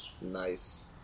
Nice